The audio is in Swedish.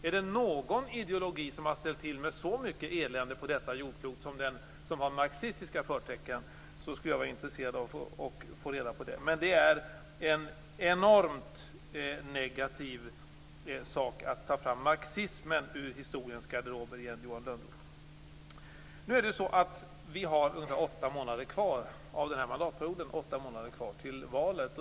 Är det någon ideologi som har ställt till så mycket elände på detta jordklot som den som har marxistiska förtecken är jag intresserad av att få reda på det. Men det är en enormt negativ sak att ta fram marxismen ur historiens garderober, Johan Lönnroth. Det återstår nu åtta månader av den här mandatperioden. Det är åtta månader kvar till valet.